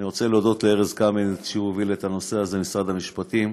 אני רוצה להודות לארז קמיניץ ממשרד המשפטים,